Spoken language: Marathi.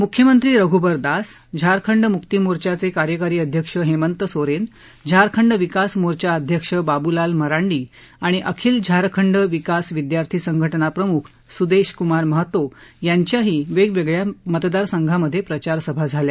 मुख्यमंत्री रघुबर दास झारखंड मुक्ती मोर्चाचे कार्यकारी अध्यक्ष हेमंत सोरेन झारखंड विकास मोर्चा अध्यक्ष बाबुलाल मरांडी आणि अखिल झारखंड विकास विद्यार्थी संघटना प्रमुख सुदेश कुमार महतो यांच्याही वेगवेगळ्या मतदारसंघात प्रचारसभा झाल्या